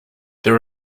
there